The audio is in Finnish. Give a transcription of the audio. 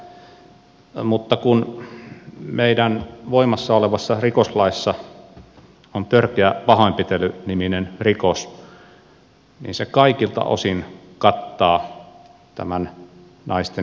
mutta kun meidän voimassa olevassa rikoslaissa on törkeä pahoinpitely niminen rikos niin se kaikilta osin kattaa tämän naisten ja tyttöjen ympärileikkauksen